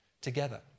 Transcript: together